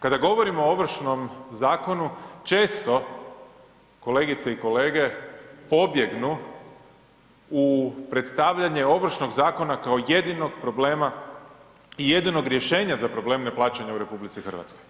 Kada govorimo o Ovršnom zakonu često kolegice i kolege, pobjegnu u predstavljanje Ovršnog zakona kao jedinog problema i jedinog rješenja za probleme neplaćanja u RH.